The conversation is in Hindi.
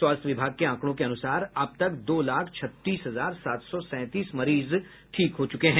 स्वास्थ्य विभाग के आंकड़ों के अनुसार अब तक दो लाख छत्तीस हजार सात सौ सैंतीस मरीज ठीक हो चुके हैं